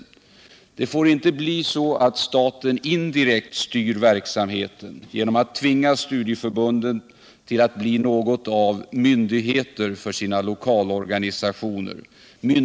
Det får inte bli så att staten indirekt styr verksamheten genom att tvinga studieförbunden till att bli något av myndigheter för sina lokalorganisationer.